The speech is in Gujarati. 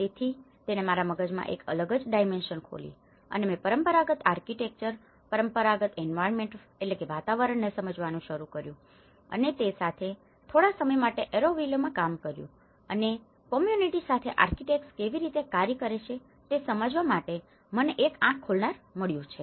તેથી તેણે મારા મગજમાં એક અલગ જ ડાઈમેન્શન ખોલી અને મેં પરંપરાગત આર્કિટેક્ચર પરંપરાગત એન્વાયરમેન્ટenvironmentવાતાવરણને સમજવાનું શરૂ કર્યું અને તે સાથે મેં થોડા સમય માટે ઓરોવિલે માં કામ કર્યું અને કમ્યુનીટી સાથે આર્કિટેક્ટ્સ કેવી રીતે કાર્ય કરે છે તે સમજવા માટે મને એક આંખ ખોલનાર મળ્યુ છે